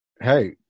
hey